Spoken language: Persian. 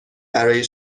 برای